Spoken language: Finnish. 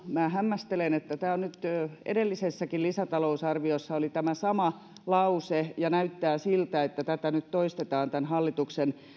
minä hämmästelen että nyt edellisessäkin lisätalousarviossa oli tämä sama lause ja näyttää siltä että tätä nyt toistetaan tämän hallituksen